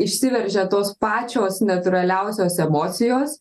išsiveržia tos pačios natūraliausios emocijos